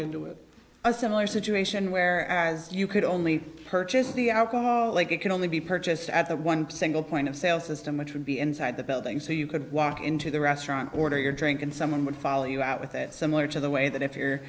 going into it a similar situation where as you could only purchase the alcohol like it can only be purchased at one single point of sale system which would be inside the building so you could walk into the restaurant order your drink and someone would follow you out with it similar to the way that if you're